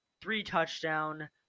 three-touchdown